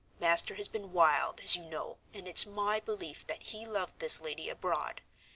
master has been wild, as you know, and it's my belief that he loved this lady abroad.